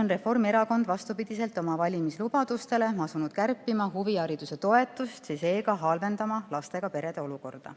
on Reformierakond vastupidiselt oma valimislubadustele asunud kärpima huvihariduse toetust ja seega halvendama lastega perede olukorda?"